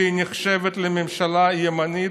שהיא נחשבת לממשלה ימנית,